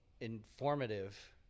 informative